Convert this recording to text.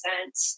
percent